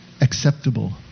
acceptable